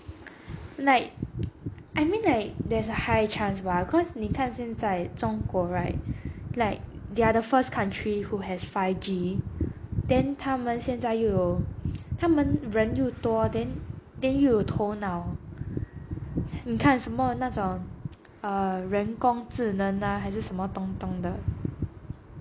like I mean like there's a high chance mah cause 你看现在中国 right like they are the first country who has five G then 他们现在又有他们人又多 then then 又有头脑你看什么那种 err 人工智能呐还是什么东东的